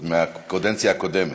עוד מהקדנציה הקודמת.